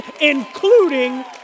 including